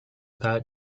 that